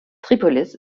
tripolis